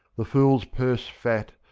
the fool's purse fat,